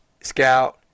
scout